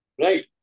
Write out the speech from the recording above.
Right